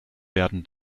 werden